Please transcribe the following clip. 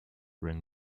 ring